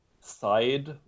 side